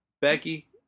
Becky